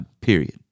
period